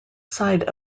side